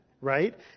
right